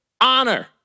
honor